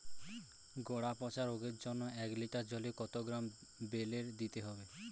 গোড়া পচা রোগের জন্য এক লিটার জলে কত গ্রাম বেল্লের দিতে হবে?